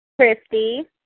Christy